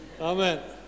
Amen